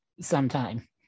sometime